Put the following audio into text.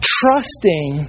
trusting